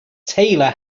taylor